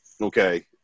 Okay